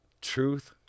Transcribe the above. truth